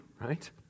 right